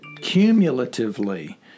cumulatively